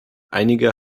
einige